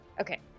Okay